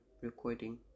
recording